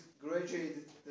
graduated